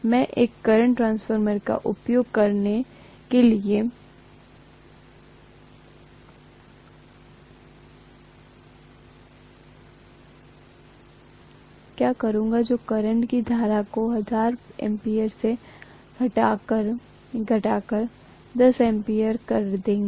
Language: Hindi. मैं एक करंट ट्रांसफार्मर का उपयोग करने के लिए क्या करूंगा जो करंट की धारा को 1000 एम्पीयर से घटाकर 10 एम्पीयर कर देगा